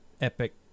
epic